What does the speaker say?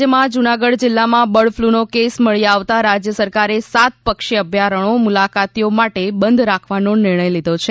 રાજ્યમાં જૂનાગઢ જિલ્લામાં બર્ડફ્લૂનો કેસ મળી આવતા રાજ્ય સરકારે સાત પક્ષી અભ્યારણો મુલાકાતીઓ માટે બંધ રાખવાનો નિર્ણય લીધો છે